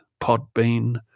Podbean